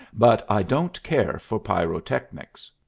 but i don't care for pyrotechnics.